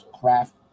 craft